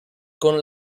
con